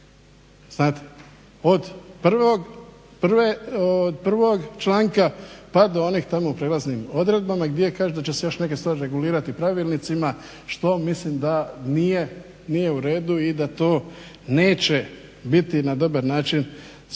znate. Od prvog članka pa do onih tamo prelazni odredbama gdje kaže da će se još neke stvari regulirati pravilnicima što mislim da nije u redu i da to neće biti na dobar način sagledano